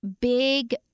big